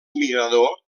migrador